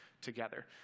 together